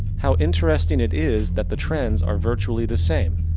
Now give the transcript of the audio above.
how interesting it is, that the trends, are virtually the same.